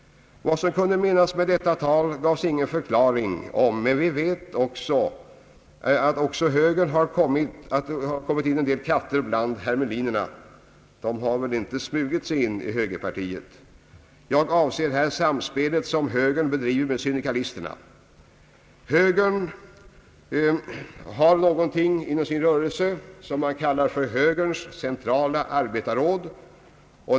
Vad som kunde menas med detta tal gavs ingen förklaring på, men vi vet också att det även hos högern finns en del katter bland hermelinerna. De har väl inte smugit sig in i högerpartiet? Jag avser här det samspel som högern bedriver med syndika listerna. Högern har någonting inom sin rörelse, som man kallar för »högerns centrala arbetarråd».